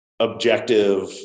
objective